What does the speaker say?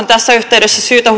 tässä yhteydessä syytä